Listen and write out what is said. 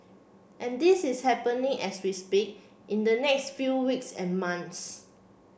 and this is happening as we speak in the next few weeks and months